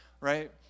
right